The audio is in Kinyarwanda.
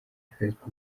facebook